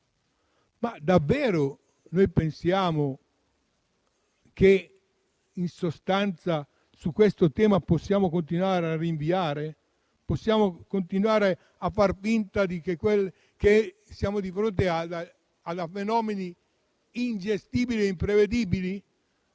Davvero noi pensiamo che su questo tema possiamo continuare a rinviare? Possiamo continuare a far finta di non essere di fronte a fenomeni ingestibili e imprevedibili?